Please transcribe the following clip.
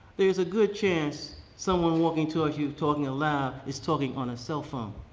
there's a good chance someone walking towards you talking aloud is talking on a cell phone.